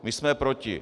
My jsme proti.